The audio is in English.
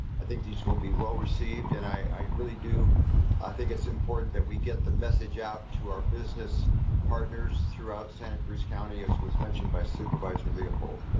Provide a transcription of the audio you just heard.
i think these will be well received. and i really do think it's important that we get the message out to our business partners throughout santa cruz county, as was mentioned by supervisor leopold.